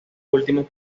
últimos